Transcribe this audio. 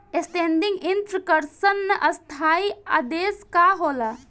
Standing instruction स्थाई आदेश का होला?